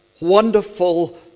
wonderful